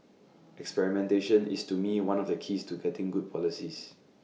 experimentation is to me one of the keys to getting good policies